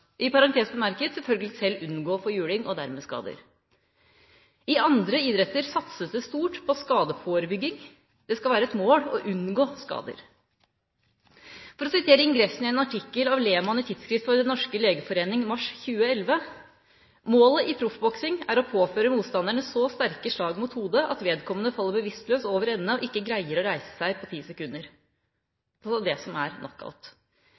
i parentes bemerket, selvfølgelig selv unngå å få juling og dermed skader. I andre idretter satses det stort på skadeforebygging – det skal være et mål å unngå skader. For å sitere ingressen i en artikkel av Lehmann i Tidsskrift for Den norske legeforening i mars 2011: «Målet i proffboksing er å påføre motstanderen så sterke slag mot hodet at vedkommende faller bevisstløs over ende og ikke greier å reise seg på ti sekunder.» – altså det som er